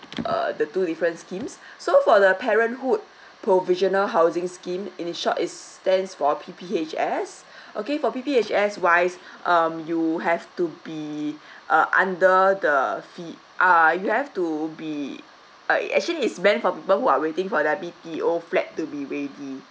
uh the two different schemes so for the parenthood provisional housing scheme in short is stands for P P H S okay for P P H S wise um you have to be uh under the fee uh you have to be uh it actually is meant for people who are waiting for their B T O flat to be ready